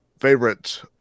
favorite